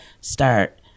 start